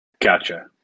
gotcha